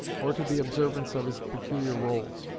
or to the observance of his peculiar rules?